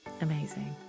amazing